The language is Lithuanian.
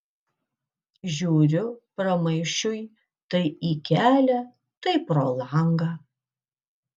žiūriu pramaišiui tai į kelią tai pro langą